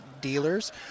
dealers